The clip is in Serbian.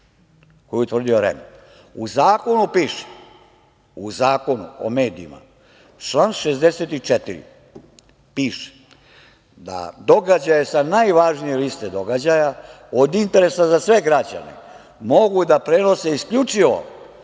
koji je utvrdio REM. U Zakonu o medijima član 64. piše da događaje sa najvažnije liste događaja od interesa za sve građane, mogu da prenose isključivo